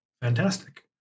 Fantastic